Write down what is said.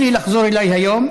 הוא הבטיח לי שיחזור אליי היום.